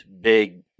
big